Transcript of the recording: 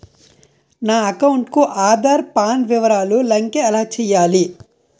నా అకౌంట్ కు ఆధార్, పాన్ వివరాలు లంకె ఎలా చేయాలి?